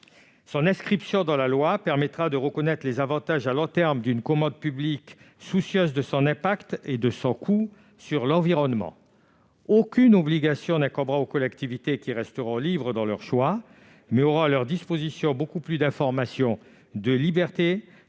Son inscription dans la loi permettra de reconnaître les avantages à long terme d'une commande publique soucieuse de son impact et de son coût sur l'environnement. Aucune obligation n'incombera pour autant aux collectivités, qui resteront libres dans leur choix, mais auront à leur disposition beaucoup plus de latitude pour